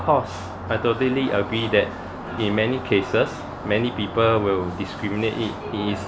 course I totally agree that in many cases many people will discriminate it is